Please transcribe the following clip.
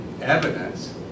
evidence